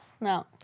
No